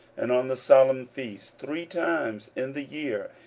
and on the solemn feasts, three times in the year,